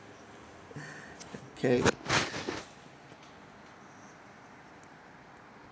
K